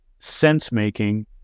sense-making